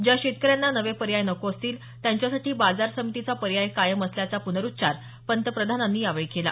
ज्या शेतकऱ्यांना नवे पर्याय नको असतील त्यांच्यासाठी बाजार समितीचा पर्याय कायम असल्याचा पुनरुच्चार पंतप्रधानांनी यावेळी केला